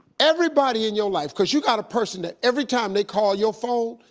everybody in your life, cause you got a person that every time they call your phone,